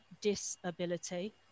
disability